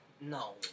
No